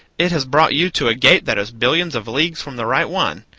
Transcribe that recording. it has brought you to a gate that is billions of leagues from the right one.